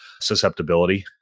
susceptibility